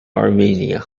armenia